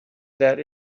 that